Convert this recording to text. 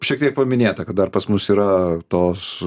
šiek tiek paminėta kad dar pas mus yra tos